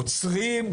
אוצרים,